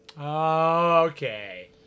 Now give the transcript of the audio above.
Okay